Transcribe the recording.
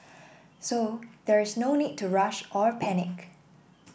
so there is no need to rush or panic